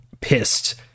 pissed